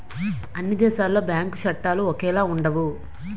అన్ని దేశాలలో బ్యాంకు చట్టాలు ఒకేలాగా ఉండవు